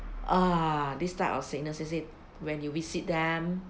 ah this type of sickness let's say when you visit them